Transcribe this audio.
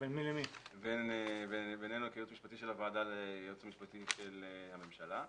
בין הייעוץ המשפטי של הוועדה ליועץ המשפטי של הממשלה.